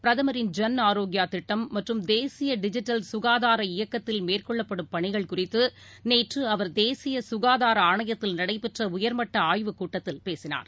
பிரதமரின் ஜன் ஆரோக்கியா திட்டம் மற்றறும் தேசிய டிஜிட்டல் சுகாதார இயக்கத்தின் மேற்கொள்ளப்படும் பணிகள் குறித்து நேற்று அவர் தேசிய சுகாதார ஆணையத்தில் நடைபெற்ற உயர்மட்ட ஆய்வுக் கூட்டத்தில் பேசினார்